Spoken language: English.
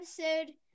episode